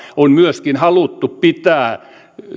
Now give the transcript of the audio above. on myöskin haluttu pitää